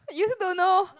you also don't know